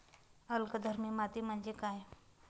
अल्कधर्मी माती म्हणजे काय?